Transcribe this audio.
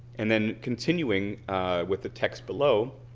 and then continuing with the text below